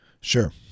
Sure